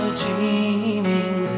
dreaming